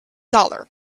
dollar